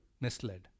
misled